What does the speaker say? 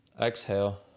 exhale